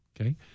okay